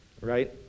Right